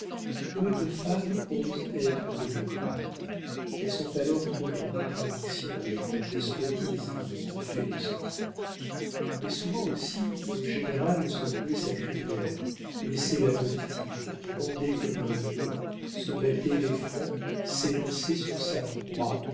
peu de femmes osent être démocrates elles sont alors trop en contradiction avec leur despotisme en fait de sentiments mais souvent aussi le général secouait sa crinière laissait la politique grondait comme un lion se battait les flancs s'élançait sur sa proie